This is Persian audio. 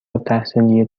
التحصیلی